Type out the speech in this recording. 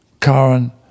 karen